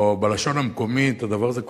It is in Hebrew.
או בלשון המקומית לדבר הזה קוראים: